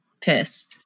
piss